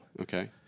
Okay